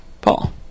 Paul